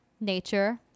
nature